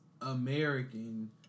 American